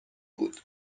بود